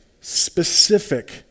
specific